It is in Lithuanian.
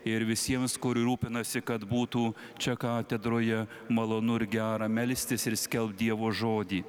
ir visiems kuri rūpinasi kad būtų čia katedroje malonu ir gera melstis ir skelbt dievo žodį